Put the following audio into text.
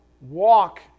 walk